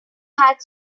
had